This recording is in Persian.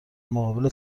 مقابل